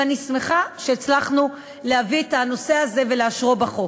ואני שמחה שהצלחנו להביא את הנושא הזה ולאשרו בחוק.